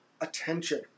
attention